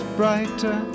brighter